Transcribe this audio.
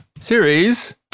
series